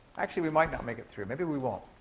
actually, we might not make it through. maybe we won't.